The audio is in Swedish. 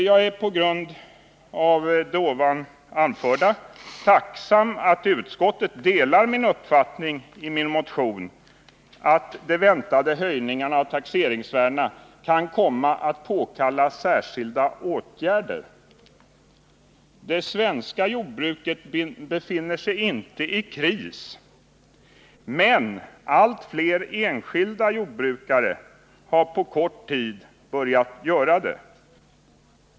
Jag är på grund av det anförda tacksam att utskottet delar den uppfattning jag givit uttryck åt i min motion, att de väntade höjningarna av taxeringsvärdena kan komma att påkalla särskilda åtgärder. Det svenska jordbruket befinner sig inte i kris. Men allt fler enskilda jordbrukare har på kort tid börjat hamna där.